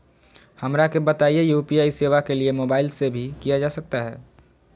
हमरा के बताइए यू.पी.आई सेवा के लिए मोबाइल से भी किया जा सकता है?